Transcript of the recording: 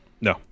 No